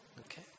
Okay